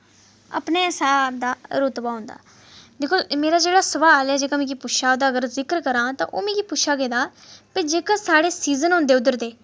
अपने ओह्दा रुतबा होंदा दिक्खो मेरा जेह्ड़ा सोआल ऐ जेह्का मिकी पुछेआ अगर ओह्दा जिक्र करां तां ओह् मिक्की पुछेआ गेदा भाई जेह्के साढ़े सीजन होंदे उद्धर दे